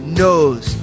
knows